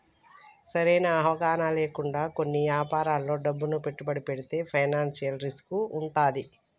సరైన అవగాహన లేకుండా కొన్ని యాపారాల్లో డబ్బును పెట్టుబడితే ఫైనాన్షియల్ రిస్క్ వుంటది